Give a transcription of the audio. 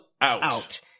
out